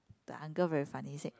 the uncle very funny he said